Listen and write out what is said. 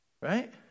Right